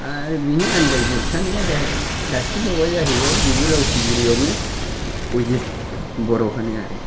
आरो बिनि आनजाइ जोबथारनाया जाहैबाय सासेबाव आ जाहैबाय बिबो लखिगुरि आवनो अजिथ बर'होनो आरो